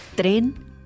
Tren